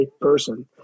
person